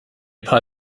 paar